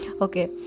okay